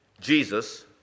Jesus